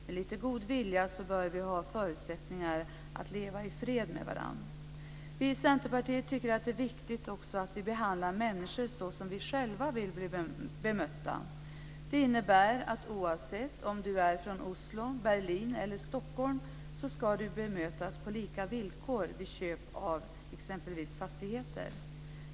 Med lite god vilja bör vi ha förutsättningar att leva i fred med varandra. Vi i Centerpartiet tycker också att det är viktigt att vi behandlar människor så som vi själva vill bli bemötta. Oavsett om man är från Oslo, Berlin eller Stockholm ska man bemötas på lika villkor vid köp av exempelvis fastigheter.